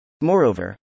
Moreover